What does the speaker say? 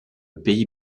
pays